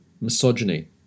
misogyny